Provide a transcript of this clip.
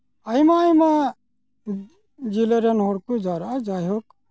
ᱟᱭᱢᱟ ᱟᱭᱢᱟ ᱡᱤᱞᱟᱹ ᱨᱮᱱ ᱦᱚᱲ ᱠᱚ ᱡᱟᱣᱨᱟᱜᱼᱟ ᱡᱟᱭᱦᱳᱠ